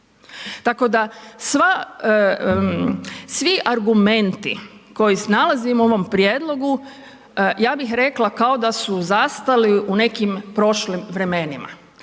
Tako da svi argumenti koje nalazimo u ovom prijedlogu ja bih rekla kao da su zastali u nekim prošlim vremenima.